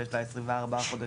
שיש לה 24 חודשים,